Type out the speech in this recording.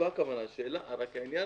רק העניין,